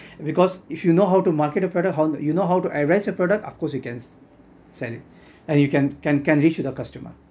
because if you know how to market a product how you know how to address a product of course you can sell it you can can can reach to the customer